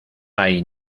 hay